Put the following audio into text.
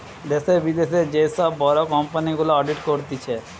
দ্যাশে, বিদ্যাশে যে সব বড় কোম্পানি গুলা অডিট করতিছে